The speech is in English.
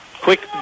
Quick